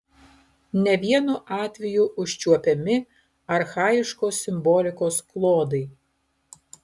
ne vienu atveju užčiuopiami archaiškos simbolikos klodai